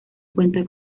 cuenta